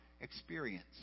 experience